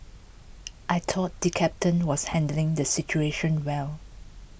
I thought the captain was handling the situation well